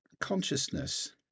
consciousness